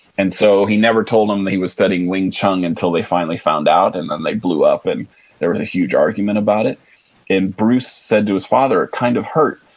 and so, he never told them he was studying wing chun until they finally found out and then they blew up and there was a huge argument about it and bruce said to his father, kind of hurt,